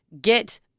get